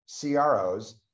CROs